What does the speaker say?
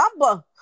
number